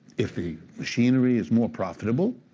if the machinery is more profitable,